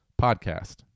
podcast